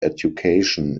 education